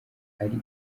ari